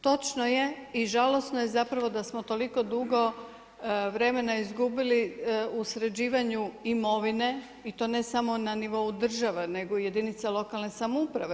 Točno je i žalosno je zapravo da smo toliko dugo vremena izgubili u sređivanju imovine i to ne samo na nivou države nego i jedinice lokalne samouprave.